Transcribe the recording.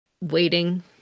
waiting